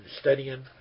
studying